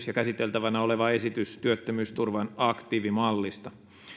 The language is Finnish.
ja käsiteltävänä oleva esitys työttömyysturvan aktiivimallista